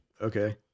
Okay